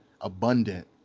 abundant